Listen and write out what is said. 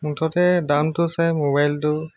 মুঠতে দামটো চাই মোবাইলটো